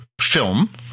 film